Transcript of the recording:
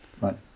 right